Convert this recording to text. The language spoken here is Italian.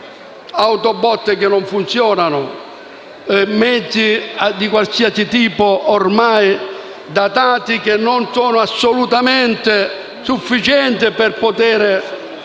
autobotti che non funzionano e mezzi di qualsiasi tipo, ormai datati, che non sono assolutamente sufficienti per poter